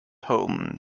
home